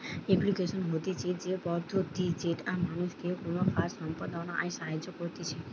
application হতিছে সে পদ্ধতি যেটা মানুষকে কোনো কাজ সম্পদনায় সাহায্য করতিছে